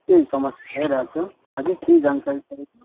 त्यही समस्या भइरहेको छ अझै केही जानकारी चाहिएको छ